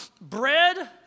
bread